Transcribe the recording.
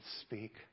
speak